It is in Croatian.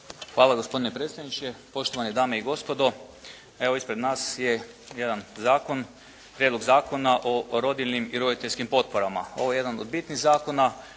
Hvala gospodine predsjedniče, poštovane dame i gospodo. Evo ispred nas je jedan zakon, Prijedlog zakona o rodiljnim i roditeljskim potporama. Ovo je jedan od bitnih zakona